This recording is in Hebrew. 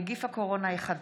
נגיף הקורונה החדש),